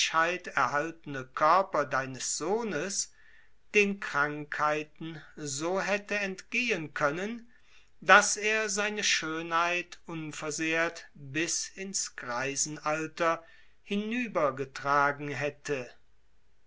erhaltene körper deines sohnes den krankheiten so hätte entgehen können daß er seine schönheit unversehrt bis in's greisenalter hinüber getragen hätte